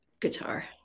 guitar